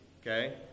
okay